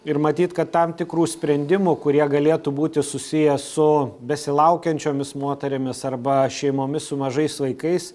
ir matyt kad tam tikrų sprendimų kurie galėtų būti susiję su besilaukiančiomis moterimis arba šeimomis su mažais vaikais